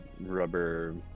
rubber